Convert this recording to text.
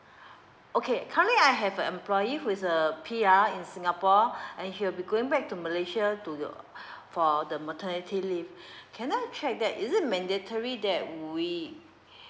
okay currently I have a employee who is a P_R in singapore and he will be going back to malaysia to the for the maternity leave can I check that is it mandatory that we